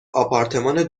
آپارتمان